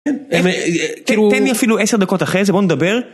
תן לי אפילו עשר דקות אחרי זה בוא נדבר